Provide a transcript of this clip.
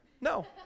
No